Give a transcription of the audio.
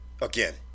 Again